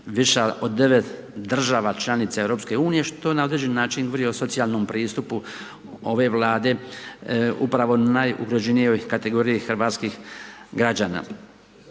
viša od 9 država članica EU, što na određeni način govori o socijalnom pristupu ove vlade upravo o najugroženijoj kategoriji hrvatskih građana.